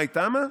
מאי טעמא?